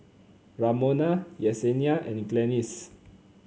Ramona Yesenia and Glennis